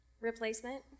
replacement